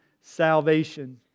salvation